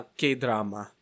k-drama